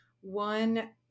one